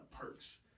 perks